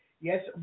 yes